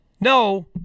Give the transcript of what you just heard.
No